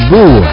boo